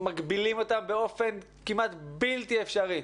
מגבילים אותם באופן כמעט בלתי אפשרי.